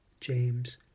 James